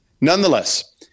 nonetheless